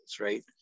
right